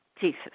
Jesus